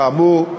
כאמור,